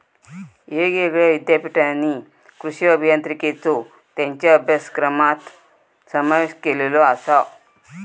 येगयेगळ्या ईद्यापीठांनी कृषी अभियांत्रिकेचो त्येंच्या अभ्यासक्रमात समावेश केलेलो आसा